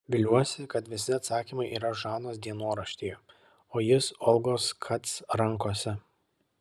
viliuosi kad visi atsakymai yra žanos dienoraštyje o jis olgos kac rankose